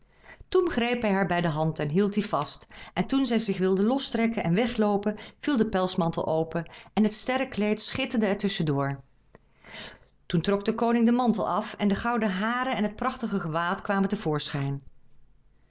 toen greep hij haar bij de hand en hield die vast en toen zij zich wilde lostrekken en wegloopen viel de pelsmantel open en het sterrenkleed schitterde er tusschen door toen trok de koning den mantel af en de gouden haren en het prachtige gewaad kwamen